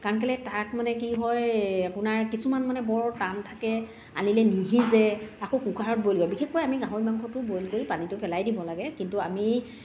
কাৰণ কেলে তাক মানে কি হয় আপোনাৰ কিছুমান মানে বৰ টান থাকে আনিলে নিসিজে আকৌ কুকাৰত বইল বিশেষকৈ আমি গাহৰি মাংসটো বইল কৰি পানীটো পেলাই দিব লাগে কিন্তু আমি